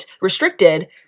restricted